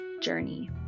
journey